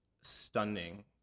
stunning